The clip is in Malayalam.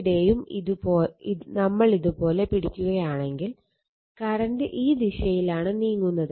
ഇവിടെയും നമ്മൾ ഇത് പോലെ പിടിക്കുകയാണെങ്കിൽ കറണ്ട് ഈ ദിശയിലാണ് നീങ്ങുന്നത്